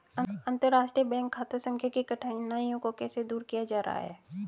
अंतर्राष्ट्रीय बैंक खाता संख्या की कठिनाइयों को कैसे दूर किया जा रहा है?